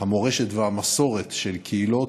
המורשת והמסורת של קהילות,